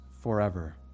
forever